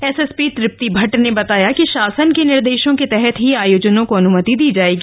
SSP Tripti Bhatt ने बताया कि शासन के निर्देशों के तहत ही आयोजनों को अन्मति दी जाएगी